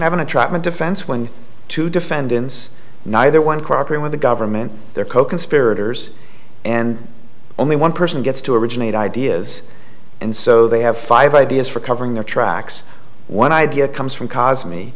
have an attractant defense when two defendants neither one cooperate with the government there coconspirators and only one person gets to originate ideas and so they have five ideas for covering their tracks one idea comes from cause me